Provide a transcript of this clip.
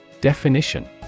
definition